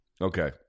Okay